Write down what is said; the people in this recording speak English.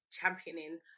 championing